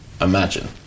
imagine